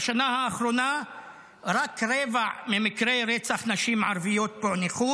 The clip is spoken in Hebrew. בשנה האחרונה רק רבע ממקרי רצח נשים ערביות פוענח,